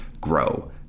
grow